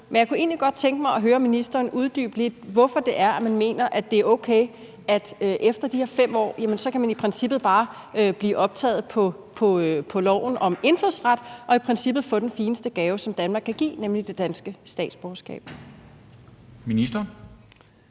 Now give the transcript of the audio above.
men jeg kunne egentlig godt tænke mig at høre ministeren uddybe lidt, hvorfor det er, man mener, at det er okay, at man efter de her 5 år i princippet bare kan blive optaget på loven om indfødsret og i princippet få den fineste gave, som Danmark kan give, nemlig det danske statsborgerskab. Kl.